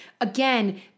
again